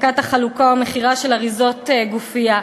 הפסקת החלוקה ומכירה של אריזות גופייה.